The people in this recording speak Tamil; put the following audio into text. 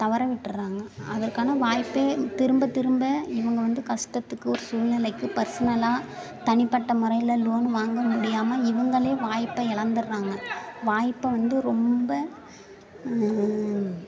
தவற விட்டுட்டுறாங்க அதற்கான வாய்ப்பு திரும்ப திரும்ப இவங்க வந்து கஷ்டத்துக்குச் சூழ்நிலைக்கு பர்ஸ்னலாக தனிப்பட்ட முறையில் லோனு வாங்க முடியாமல் இவங்களே வாய்ப்பை இழந்துட்றாங்க வாய்ப்பை வந்து ரொம்ப